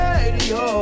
Radio